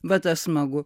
va tas smagu